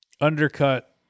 undercut